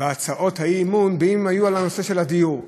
בהצעות האי-אמון, אם הן היו על נושא הדיור.